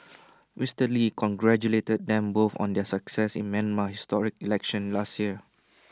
Mister lee congratulated them both on their success in Myanmar's historic elections last year